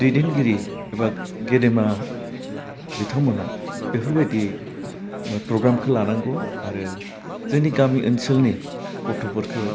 दैदेनगिरि एबा गेदेमा बिथांमोनहा बेफोरबायदि प्रग्रामखौ लानांगौ आरो जोनि गामि ओनसोलनि गथ'फोरखौ